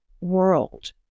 world